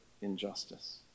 injustice